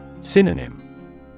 Synonym